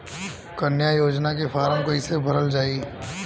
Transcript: कन्या योजना के फारम् कैसे भरल जाई?